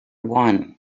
one